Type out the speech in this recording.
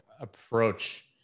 approach